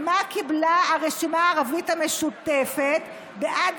מה קיבלה הרשימה הערבית המשותפת בעד